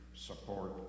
support